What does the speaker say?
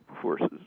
forces